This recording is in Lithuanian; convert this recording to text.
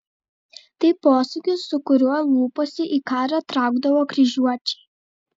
tai posakis su kuriuo lūpose į karą traukdavo kryžiuočiai